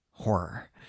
horror